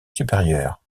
supérieur